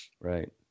right